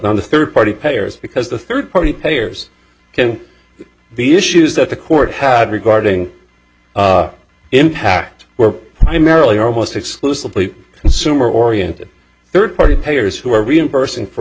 on the third party payers because the third party payors can the issues that the court had regarding impact were merrily are almost exclusively consumer oriented third party payers who are reimbursing for